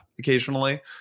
occasionally